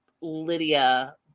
Lydia